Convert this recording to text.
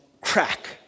crack